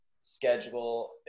schedule